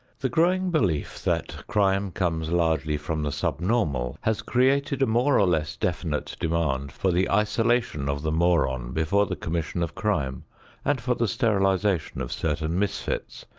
the growing belief that crime comes largely from the subnormal has created a more or less definite demand for the isolation of the moron before the commission of crime and for the sterilization of certain misfits,